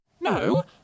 No